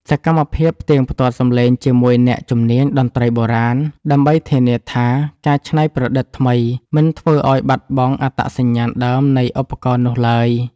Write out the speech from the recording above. សកម្មភាពផ្ទៀងផ្ទាត់សំឡេងជាមួយអ្នកជំនាញតន្ត្រីបុរាណ ដើម្បីធានាថាការច្នៃប្រឌិតថ្មីមិនធ្វើឱ្យបាត់បង់អត្តសញ្ញាណដើមនៃឧបករណ៍នោះឡើយ។